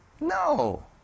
No